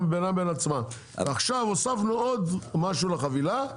לבין עצמם עכשיו הוספנו עוד משהו לחבילה,